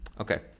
Okay